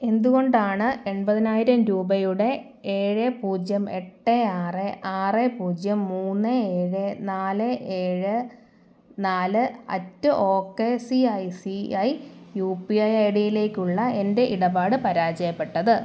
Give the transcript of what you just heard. എന്തുകൊണ്ടാണ് എൺപതിനായിരം രൂപയുടെ ഏഴ് പൂജ്യം എട്ട് ആറ് ആറ് പൂജ്യം മുന്ന് ഏഴ് നാല് ഏഴ് നാല് at O K C I C I U P I I ഡിയിലേക്കുള്ള എൻ്റെ ഇടപാട് പരാജയപ്പെട്ടത്